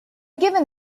given